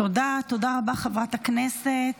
תודה רבה, חברת הכנסת.